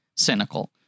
cynical